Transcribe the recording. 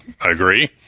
agree